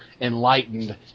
enlightened